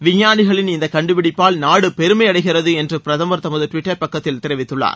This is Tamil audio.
விஞ்ஞானிகளின் இந்த கண்டுபிடிப்பால் நாடு பெருமை அடைகிறது என்று பிரதம் தமது டுவிட்டர் பக்கத்தில் தெரிவித்துள்ளார்